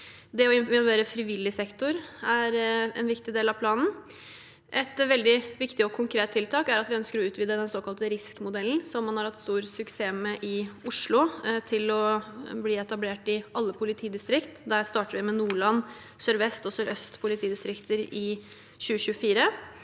Det å involvere frivillig sektor er en viktig del av planen. Et veldig viktig og konkret tiltak er at vi ønsker å utvide den såkalte RISK-modellen, som man har hatt stor suksess med i Oslo, til å bli etablert i alle politidistrikt. Der starter vi med Nordland politidistrikt, Sør-Vest politidistrikt og